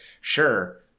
sure